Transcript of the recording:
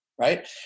right